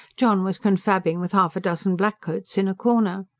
john was confabbing with half a dozen black-coats in a corner.